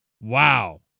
Wow